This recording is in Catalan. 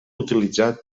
utilitzat